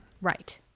Right